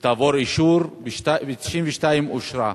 לעבור אישור, ב-1992 אושרה.